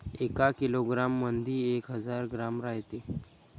एका किलोग्रॅम मंधी एक हजार ग्रॅम रायते